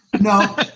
No